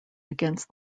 against